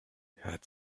had